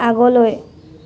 আগলৈ